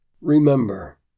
Remember